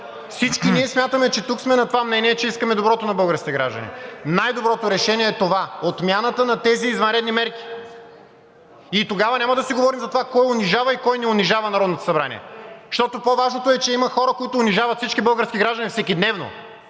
Всички ние смятаме, че тук сме на това мнение, че искаме доброто на българските граждани. Най-доброто решение е това – отмяната на тези извънредни мерки. И тогава няма да си говорим за това кой унижава и кой не унижава Народното събрание. Защото по-важното е, че има хора, които унижават всички български граждани всекидневно,